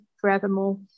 forevermore